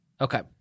Okay